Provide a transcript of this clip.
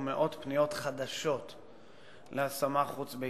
ומאות פניות חדשות להשמה חוץ-ביתית,